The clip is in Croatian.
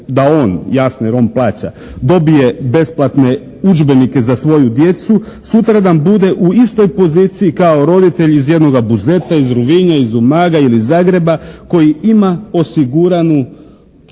da on, jasno jer on plaća, dobije besplatne udžbenike za svoju djecu, sutradan bude u istoj poziciji kao roditelj iz jednoga Buzeta, iz Rovinja, iz Umaga ili Zagreba koji ima osiguranu